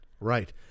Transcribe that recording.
Right